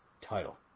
title